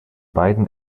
beiden